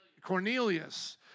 Cornelius